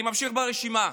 אני ממשיך ברשימה: